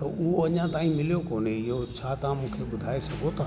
त उहो अञा ताईं मिलियो कोन्हे इहो छा तव्हां मूंखे ॿुधाए सघो था